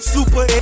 Super